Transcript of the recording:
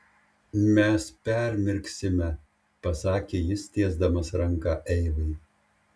mes permirksime pasakė jis tiesdamas ranką eivai